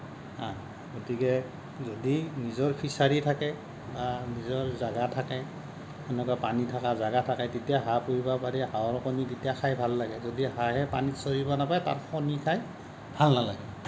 হা গতিকে যদি নিজৰ ফিচাৰী থাকে বা নিজৰ জাগা থাকে এনেকুৱা পানী থকা জাগা থাকে তেতিয়া হাঁহ পুহিব পাৰি হাঁহৰ কণীকেইটা খাই ভাল লাগে যদি হাঁহে পানীত চৰিব নাপায় তাত কণী খাই ভাল নালাগে